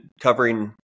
covering